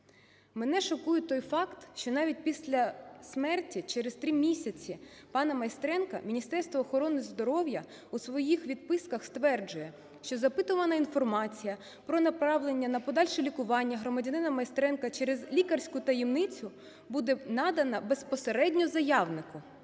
Мене шокує той факт, що навіть після смерті, через три місяці, пана Майстренка Міністерство охорони здоров'я у своїх відписках стверджує, що запитувана інформація про направлення на подальше лікування громадянина Майстренка через лікарську таємницю, буде надана безпосередньо заявнику.